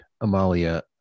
Amalia